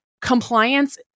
compliance